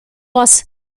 was